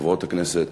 חברות הכנסת,